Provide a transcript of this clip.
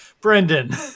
Brendan